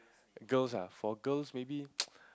girls ah for girls maybe